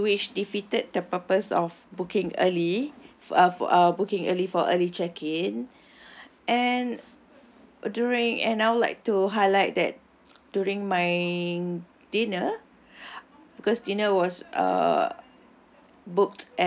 so which defeated the purpose of booking early for uh for uh booking early for early check-in and uh during and I would like to highlight that during my dinner because dinner was uh